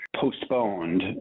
postponed